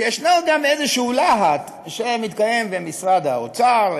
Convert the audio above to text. שישנו גם איזשהו להט שמתקיים במשרד האוצר,